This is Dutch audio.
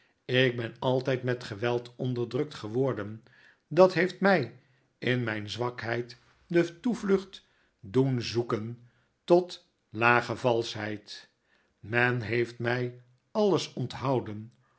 ik ben altijd met geweld onderdrukt geworden dat heeft mij in mijn zwakheid de toevlucht doen zoeken totlage valschheid men heeft mij alles onthouden